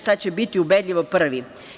Sad će biti ubedljivo prvi.